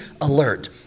alert